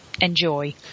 enjoy